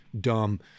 dumb